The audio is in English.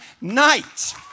night